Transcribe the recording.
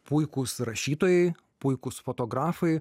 puikūs rašytojai puikūs fotografai